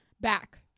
back